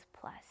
plus